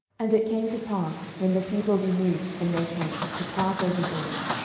and it came to pass, when the people removed from their tents, to pass over jordan,